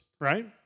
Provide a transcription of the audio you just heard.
right